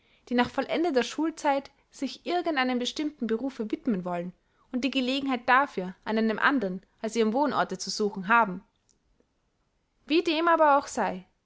die nach vollendeter schulzeit sich irgend einem bestimmten berufe widmen wollen und die gelegenheit dafür an einem andern als ihrem wohnorte zu suchen haben wie dem aber auch sei